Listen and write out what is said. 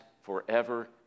forever